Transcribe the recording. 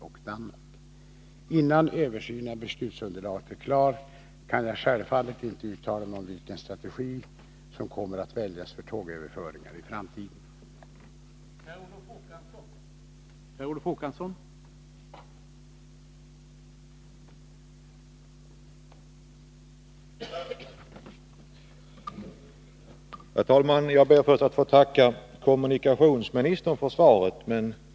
Anser kommunikationsministern att det finns några bärande motiv för etablering av helt nya anläggningar för överföring av järnvägsvagnar till kontinenten?